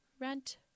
Rent